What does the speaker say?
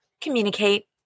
communicate